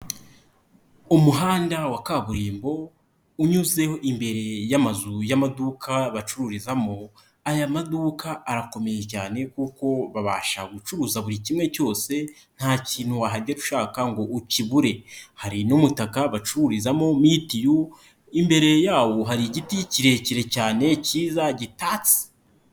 Umuhanda wa kaburimbo unyuze imbere y'amazu y'amaduka bacururizamo, aya maduka arakomeye cyane kuko babasha gucuruza buri kimwe cyose nta kintu wahagera ushaka ngo ukibure, hari n'umutaka bacururizamo mitiyu, imbere yawo hari igiti kirekire cyane kiza gitatse.